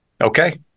Okay